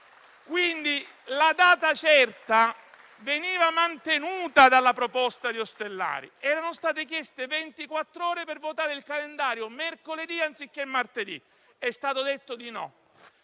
La data certa veniva mantenuta dalla proposta di Ostellari. Erano state chieste ventiquattro ore per votare il calendario mercoledì anziché martedì. È stato detto di no.